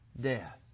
death